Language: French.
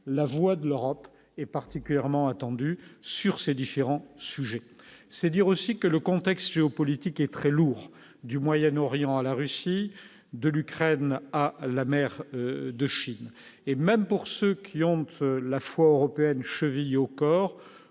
la voix de l'Europe et particulièrement attendu sur ces différents sujets c'est dire aussi que le contexte géopolitique est très lourd du Moyen-Orient à la Russie de l'Ukraine à la mer de Chine et même pour ceux qui ont la foi européenne chevillée au corps,